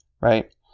right